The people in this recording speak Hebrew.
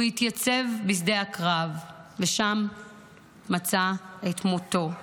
הוא התייצב בשדה הקרב, ושם מצא את מותו.